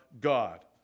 God